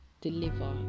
deliver